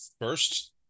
first